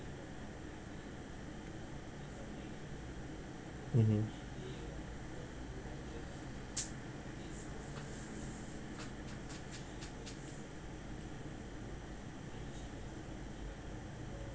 mmhmm